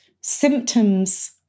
symptoms